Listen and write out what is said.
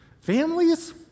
Families